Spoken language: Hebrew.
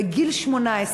בגיל 18,